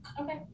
Okay